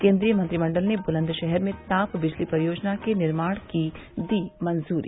केन्द्रीय मंत्रिमंडल ने बुलंदशहर में ताप बिजली परियोजना के निर्माण की दी मंजूरी